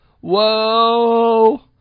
Whoa